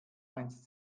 einst